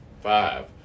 five